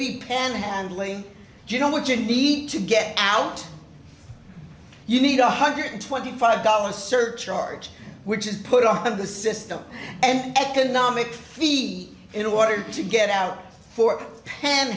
maybe panhandling you know what you need to get out you need a one hundred and twenty five dollars surcharge which is put off of the system and economic feet in order to get out for